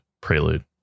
Prelude